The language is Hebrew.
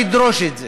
לדרוש את זה,